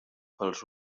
pels